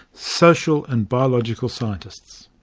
social and biological scientists.